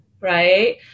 right